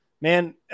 man